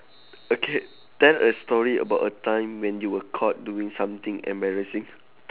okay tell a story about a time when you were caught doing something embarrassing